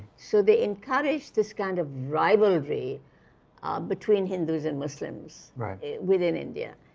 so they encouraged this kind of rivalry ah between hindus and muslims within india.